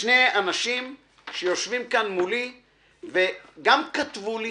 שני אנשים שיושבים כאן מולי וגם כתבו לי